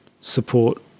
support